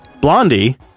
Blondie